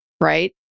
right